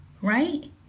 right